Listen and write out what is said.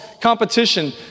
competition